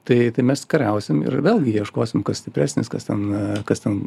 tai tai mes kariausim ir vėlgi ieškosim kas stipresnis kas ten kas ten